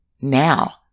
Now